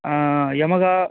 ஆ Yamaha